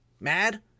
Mad